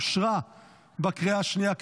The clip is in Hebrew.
אושרה בקריאה השנייה.